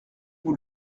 vous